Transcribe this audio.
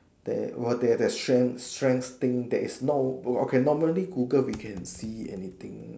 there !wah! there there strength strength thing that is no okay normally Google we can see anything